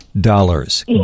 dollars